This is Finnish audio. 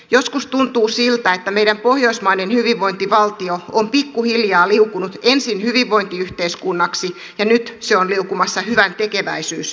joskus tuntuu siltä että meidän pohjoismainen hyvinvointivaltio on pikkuhiljaa liukunut ensin hyvinvointiyhteiskunnaksi ja nyt se on liukumassa hyväntekeväisyysyhteiskunnaksi